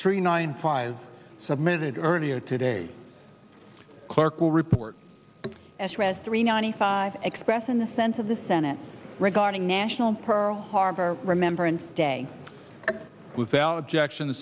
three nine five submitted earlier today clerk will report as rest three ninety five expressing a sense of the senate regarding national pearl harbor remembrance day without objection